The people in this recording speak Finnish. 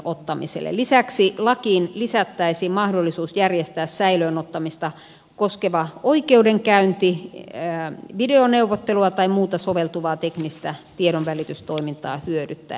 lisäksi lakiin lisättäisiin mahdollisuus järjestää säilöön ottamista koskeva oikeudenkäynti videoneuvottelua tai muuta soveltuvaa teknistä tiedonvälitystoimintaa hyödyntäen